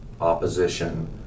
opposition